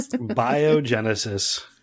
Biogenesis